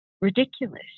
ridiculous